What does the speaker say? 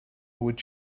would